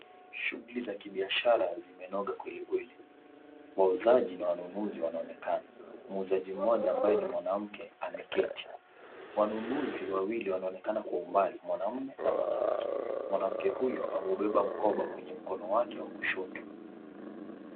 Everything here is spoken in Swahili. Shughuli za kibiashara zimenoga kwelikweli. Wauzaji na wanunuzi wanaonekana. Muuzaji mmoja ambaye ni mwanamke ameketi. Wanunuzi wawili wanaonekana kwa umbali, mwanaume na mwanamke. Mwanamke huyo ameubeba mkoba kwenye mkono wake wa kushoto.